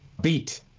beat